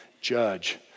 judge